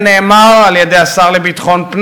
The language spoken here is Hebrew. באולם.